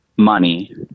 Money